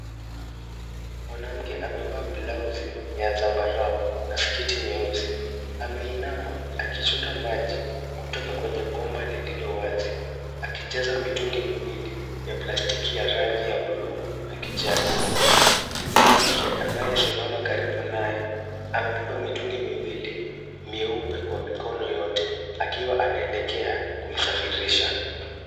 Mwanamke amevaa blauzi ya zambarau na sketi nyeusi; ameinama akichota maji kutoka kwenye bomba lililo wazi, akijaza mitungi miwili ya plastiki ya rangi ya buluu na kijani. Mwanamke anayesimama karibu naye, amebeba mitungi miwili mieupe kwa mikono yote akiwa anaelekea kuisafirisha.